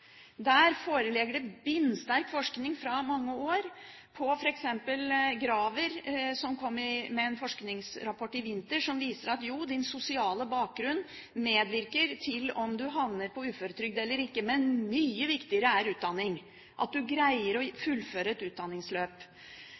Der foreligger det bindsterk forskning fra mange år. For eksempel kom Graver i vinter med en forskningsrapport som viser at den sosiale bakgrunnen medvirker til om man havner på uføretrygd eller ikke, men at utdanning er mye viktigere, at man greier å fullføre et utdanningsløp.